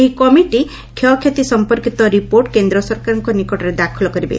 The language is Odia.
ଏହି କମିଟି କ୍ୟକ୍ଷତି ସଂପର୍କିତ ରିପୋର୍ଟ କେନ୍ଦ୍ର ସରକାରଙ୍କ ନିକଟରେ ଦାଖଲ କରିବେ